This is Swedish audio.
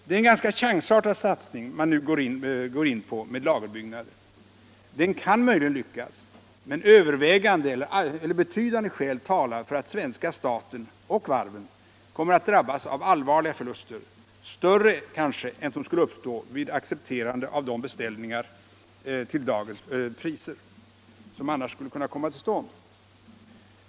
Det är en ganska chansartad satsning man nu går in på med lagerbyggnader, den kan möjligen lyckas, men betydande skäl talar för att svenska staten — och varven — kommer att drabbas av allvarliga förluster, kanske större än som skulle uppstå vid accepterande av beställningar till dagens priser som annars skulle kunna komma till stånd.